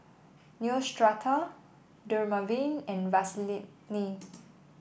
Neostrata Dermaveen and